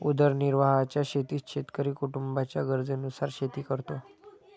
उदरनिर्वाहाच्या शेतीत शेतकरी कुटुंबाच्या गरजेनुसार शेती करतो